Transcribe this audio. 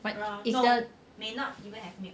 but is the